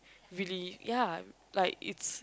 really ya like it's